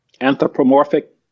anthropomorphic